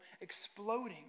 exploding